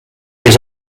his